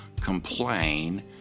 complain